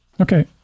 Okay